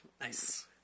Nice